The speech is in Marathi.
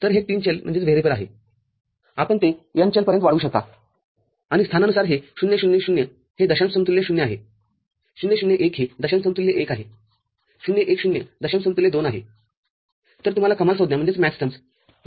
तर हे तीन चलआहे आपण ते n चलपर्यंत वाढवू शकता आणि स्थानानुसार हे ० ० ० हे दशांश समतुल्य ० आहे० ० १ हे दशांश समतुल्य १ आहे० १ ० दशांश समतुल्य २ आहे